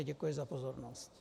Děkuji za pozornost.